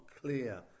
clear